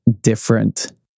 different